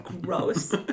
Gross